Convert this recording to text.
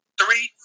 three